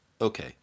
okay